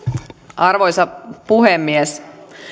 arvoisa puhemies